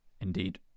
indeed